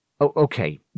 Okay